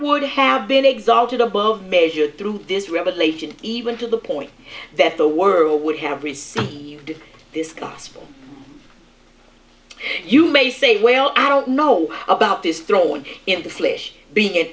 would have been exalted above measure through this revelation even to the point that the world would have received this gospel you may say well i don't know about this throne in the flesh being an